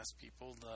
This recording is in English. people